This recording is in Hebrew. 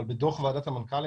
לפי דו"ח וועדת המנכ"לים,